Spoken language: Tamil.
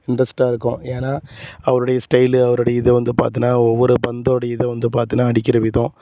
இன்ட்ரெஸ்ட்டாக இருக்கும் ஏன்னா அவருடைய ஸ்டைலு அவருடைய இதை வந்து பார்த்தினா ஒவ்வொரு பந்தோடைய இதை வந்து பார்த்தினா அடிக்கின்ற விதம்